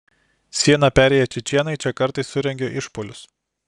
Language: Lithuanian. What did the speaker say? sieną perėję čečėnai čia kartais surengia išpuolius